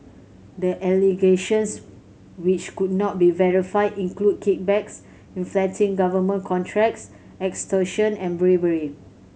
the allegations which could not be verified include kickbacks inflating government contracts extortion and bribery